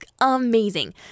amazing